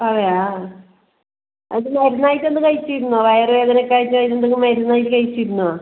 അതെയോ അത് മരുന്ന് ആയിട്ട് ഒന്ന് കഴിച്ചിരുന്നോ വയറുവേദന ഒക്കെ ആയിട്ട് അതിന് എന്തെങ്കിലും മരുന്നായി കഴിച്ചിരുന്നോ